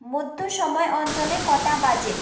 মধ্য সময় অঞ্চলে কটা বাজে